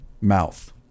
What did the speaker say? Mouth